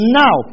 now